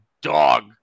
dog